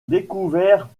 découverts